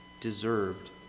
deserved